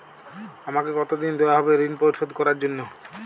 আমাকে কতদিন দেওয়া হবে ৠণ পরিশোধ করার জন্য?